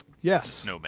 Yes